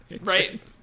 Right